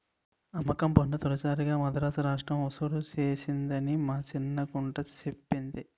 అమ్మకం పన్ను తొలిసారిగా మదరాసు రాష్ట్రం ఒసూలు సేసిందని మా సిన్న గుంట సెప్పింది